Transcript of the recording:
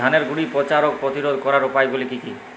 ধানের গুড়ি পচা রোগ প্রতিরোধ করার উপায়গুলি কি কি?